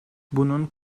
bunun